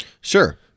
Sure